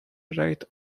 rate